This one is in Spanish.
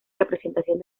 representación